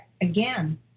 Again